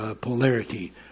polarity